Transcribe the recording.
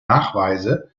nachweise